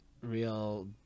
real